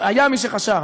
היה מי שחשב,